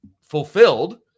fulfilled